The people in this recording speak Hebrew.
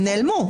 הם נעלמו?